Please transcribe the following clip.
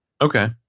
Okay